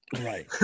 Right